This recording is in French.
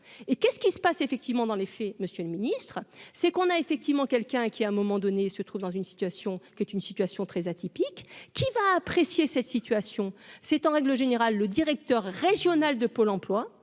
et qu'est-ce qui se passe effectivement dans les faits, Monsieur le Ministre, c'est qu'on a effectivement quelqu'un qui à un moment donné, se trouve dans une situation qui est une situation très atypique qui va apprécier cette situation, c'est en règle générale, le directeur régional de Pôle Emploi